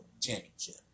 championship